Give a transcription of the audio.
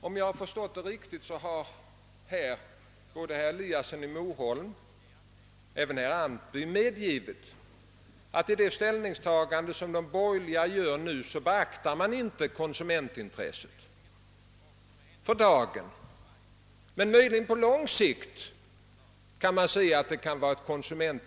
Om jag förstått saken rätt har både herr Eliasson i Moholm och herr Antby medgivit att de borgerliga vid sitt ställningstagande inte beaktat konsument intresset för dagen, men möjligen på lång sikt.